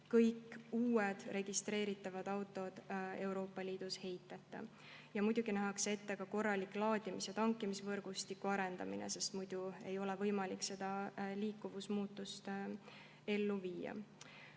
kõik uued registreeritavad autod Euroopa Liidus olema heitmeta. Ja muidugi nähakse ette ka korraliku laadimis‑ ja tankimisvõrgustiku arendamine, sest muidu ei ole võimalik seda liikuvusmuudatust ellu viia.